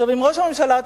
ראש הממשלה,